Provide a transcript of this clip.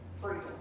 Freedom